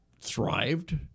thrived